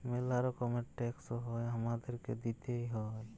ম্যালা রকমের ট্যাক্স হ্যয় হামাদেরকে দিতেই হ্য়য়